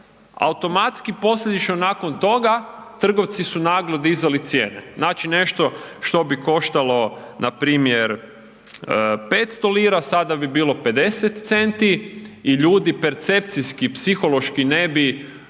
automatski posljedično nakon toga trgovci su naglo dizali cijene. Znači nešto što bi koštalo npr. 500 lira, sada bi bilo 50 centi i ljudi percepcijski, psihološki ne bi jednostavno